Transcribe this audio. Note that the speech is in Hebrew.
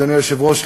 אדוני היושב-ראש,